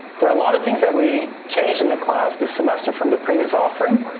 there are a lot of things that we changed in the class, this semester from the previous offering,